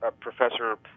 professor